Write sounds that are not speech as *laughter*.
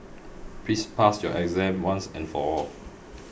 please pass your exam once and for all *noise*